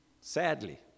sadly